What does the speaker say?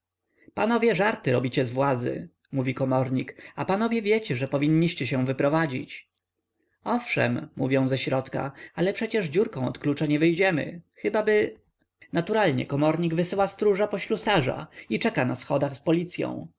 panowie żarty robicie z władzy mówi komornik a panowie wiecie że powinniście się wyprowadzić owszem mówią ze środka ale przecież dziurką od klucza nie wyjdziemy chybaby naturalnie komornik wysyła stróża po ślusarza i czeka na schodach z policyą